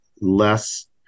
less